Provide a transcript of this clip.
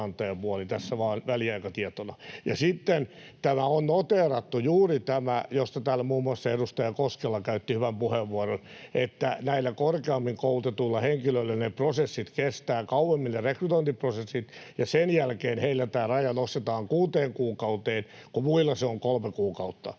tässä vaan väliaikatietona. Sitten täällä on noteerattu juuri tämä, josta täällä muun muassa edustaja Koskela käytti hyvän puheenvuoron, että näillä korkeammin koulutetuilla henkilöillä ne rekrytointiprosessit kestävät kauemmin, ja sen jälkeen heillä tämä raja nostetaan kuuteen kuukauteen, kun muilla se on kolme kuukautta.